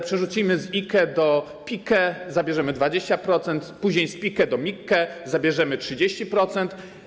Przerzucimy z IKE do PIKE, zabierzemy 20%, później z PIKE do MIKE, zabierzemy 30%.